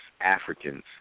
Africans